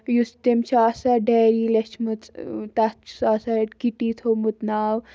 یُس تٔمۍ چھِ آسان ڈایری لیچھمٕژ تَتھ چھُس آسان کِٹی تھوٚمُت ناو